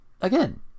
again